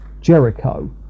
Jericho